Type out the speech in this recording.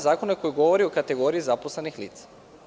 Zakona koji govori o kategoriji zaposlenih lica.